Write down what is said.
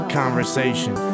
conversation